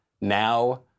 Now